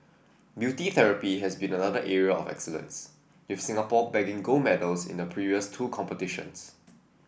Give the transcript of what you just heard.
beauty therapy has been another area of excellence with Singapore bagging gold medals in the previous two competitions